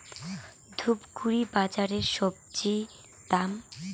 ধূপগুড়ি বাজারের স্বজি দাম?